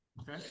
Okay